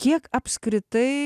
kiek apskritai